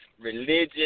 religion